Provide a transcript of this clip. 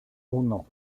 uno